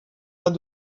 pas